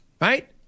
right